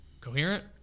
coherent